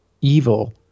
evil